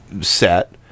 set